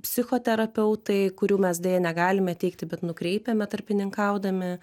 psichoterapeutai kurių mes deja negalime teikti bet nukreipiame tarpininkaudami